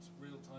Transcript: real-time